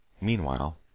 Meanwhile